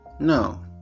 no